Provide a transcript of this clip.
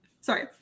Sorry